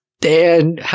Dan